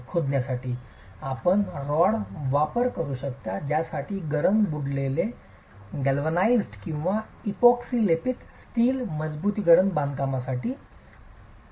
खोदण्यासाठी आपण रॉड वापरू शकता ज्यासाठी गरम बुडलेले गॅल्वनाइज्ड किंवा इपोक्सी लेपित स्टील मजबुतीकरण बांधकामासाठी